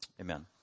Amen